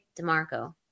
DeMarco